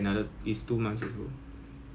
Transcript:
pretty boring so like